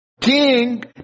king